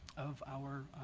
of our